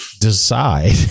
decide